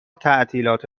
تعطیلات